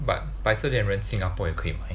but 白色恋人 Singapore 也可以买